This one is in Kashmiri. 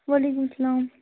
وعلیکُم سلام